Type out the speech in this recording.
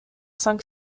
cinq